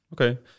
Okay